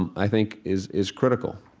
and i think, is is critical